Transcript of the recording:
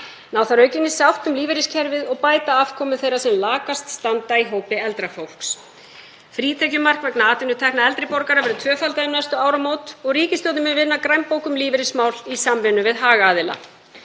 Ná þarf aukinni sátt um lífeyriskerfið og bæta afkomu þeirra sem lakast standa í hópi eldra fólks. Frítekjumark vegna atvinnutekna eldri borgara verður tvöfaldað um næstu áramót og ríkisstjórnin mun vinna grænbók um lífeyrismál í samvinnu við hagaðila.